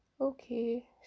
Okay